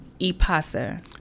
Ipasa